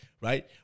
Right